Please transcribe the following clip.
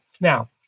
Now